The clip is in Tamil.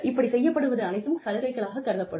இப்படி செய்யப்படுவது அனைத்தும் சலுகைகளாகக் கருதப்படும்